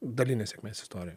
dalinė sėkmės istorija